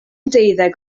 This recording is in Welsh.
deuddeg